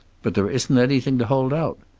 but there isn't anything to hold out.